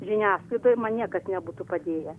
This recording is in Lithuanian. žiniasklaidoj man niekas nebūtų padėję